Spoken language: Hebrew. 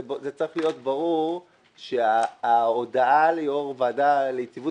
צריך להיות ברור שההודעה ליושב-ראש הוועדה ליציבות